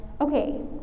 okay